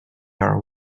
are